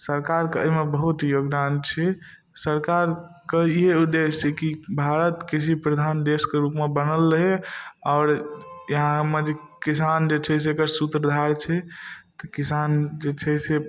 सरकारके अइमे बहुत योगदान छै सरकारके इएहे उद्देश्य छै कि भारत कृषि प्रधान देशके रूपमे बनल रहै आओर यहाँमे जे किसान जे छै से एकर सूत्रधार छै तऽ किसान जे छै से